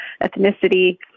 ethnicity